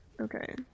okay